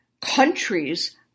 countries